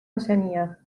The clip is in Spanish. oceanía